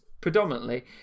predominantly